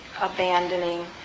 abandoning